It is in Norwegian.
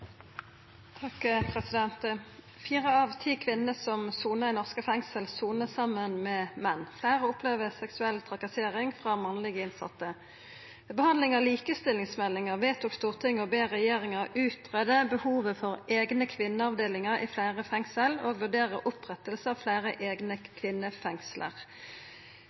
av 10 kvinner som soner i norske fengsler, soner sammen med menn. Flere opplever seksuell trakassering fra mannlige innsatte. Ved behandling av likestillingsmeldingen vedtok Stortinget å be regjeringen utrede behovet for egne kvinneavdelinger i flere fengsler og vurdere opprettelse av flere egne kvinnefengsler.